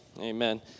amen